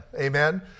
amen